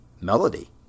melody